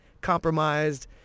compromised